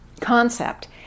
concept